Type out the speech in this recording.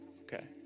okay